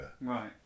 right